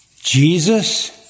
Jesus